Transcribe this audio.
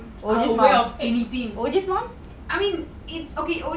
I mean it O